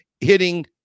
hitting